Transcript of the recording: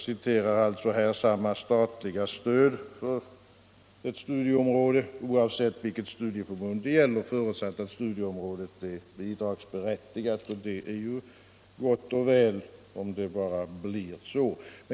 Samma statliga stöd skall, enligt svaret, ges för ett visst studieområde ”oavsett vilket studieförbund det gäller, förutsatt att studieområdet är bidragsberättigat”. — Det är gott och väl, om det bara blir så.